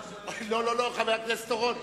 לא, לא, לא, חבר הכנסת אורון.